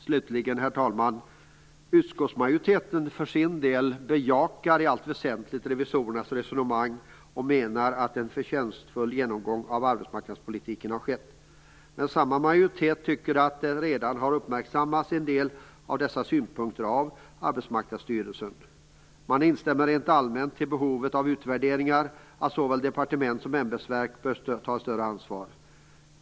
Slutligen, herr talman, bejakar utskottsmajoriteten i allt väsentligt revisorernas resonemang och menar att en förtjänstfull genomgång av arbetsmarknadspolitiken har skett. Men samma majoritet tycker att en del av dessa synpunkter redan har uppmärksammats av Arbetsmarknadsstyrelsen. Man instämmer rent allmänt i behovet av utvärderingar och ett större ansvar från såväl departement som ämbetsverk.